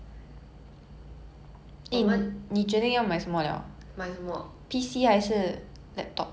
!wow! I think a combination everything is a combination these days you need to have